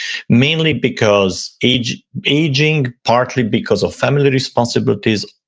mainly because aging aging partly because of family responsibilities,